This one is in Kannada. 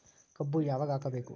ಕಬ್ಬು ಯಾವಾಗ ಹಾಕಬೇಕು?